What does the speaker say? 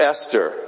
Esther